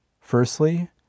Firstly